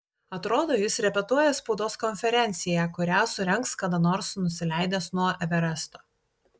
atrodo jis repetuoja spaudos konferenciją kurią surengs kada nors nusileidęs nuo everesto